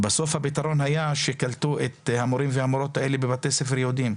בסוף הפתרון היה שקלטו את המורים והמורות האלה בבתי ספר יהודים.